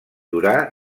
durà